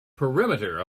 perimeter